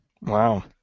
Wow